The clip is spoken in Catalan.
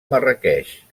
marràqueix